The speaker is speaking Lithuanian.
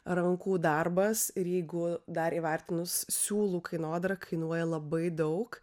rankų darbas ir jeigu dar įvertinus siūlų kainodarą kainuoja labai daug